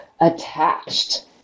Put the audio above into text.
attached